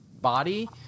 body